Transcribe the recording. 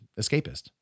escapist